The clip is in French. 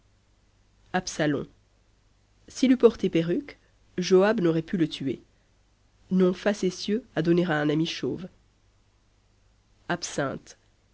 absalon s'il eût porté perruque joab n'aurait pu le tuer nom facétieux à donner à un ami chauve absinthe